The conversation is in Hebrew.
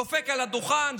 דופק על הדוכן,